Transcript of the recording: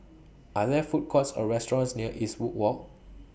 Are There Food Courts Or restaurants near Eastwood Walk